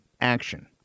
action